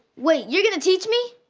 wait, you're gonna teach me?